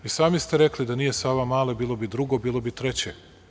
I sami ste rekli – da nije Savamale, bilo bi drugo, bilo bi treće.